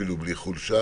ואפילו בלי חולשה.